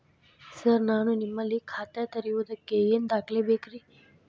Sir ನಾನು ನಿಮ್ಮಲ್ಲಿ ಖಾತೆ ತೆರೆಯುವುದಕ್ಕೆ ಏನ್ ದಾಖಲೆ ಬೇಕ್ರಿ?